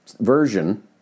version